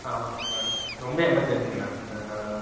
ஆ ஆமாம் மேம் ரொம்ப emergency ma'am அதனால்தான்